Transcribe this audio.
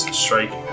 strike